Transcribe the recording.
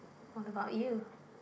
what about you